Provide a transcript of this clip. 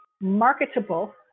marketable